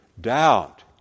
Doubt